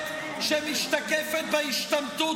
שאלתי אם זה רוח הגבורה שמשתקפת בהשתמטות